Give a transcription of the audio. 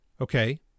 okay